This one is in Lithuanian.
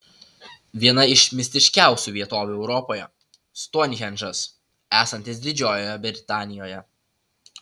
viena iš mistiškiausių vietovių europoje stounhendžas esantis didžiojoje britanijoje